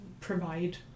provide